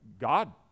God